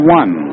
one